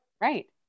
Right